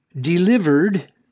delivered